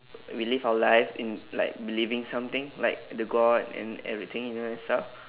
we live our life in like believing something like the god and everything you know that stuff